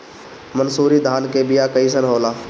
मनसुरी धान के बिया कईसन होला?